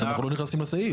אנחנו לא נכנסים לסעיף.